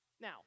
Now